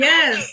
Yes